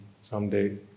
someday